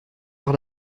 par